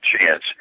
chance